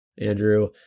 Andrew